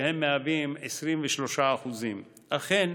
שהם 23%. אכן,